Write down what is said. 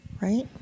right